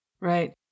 Right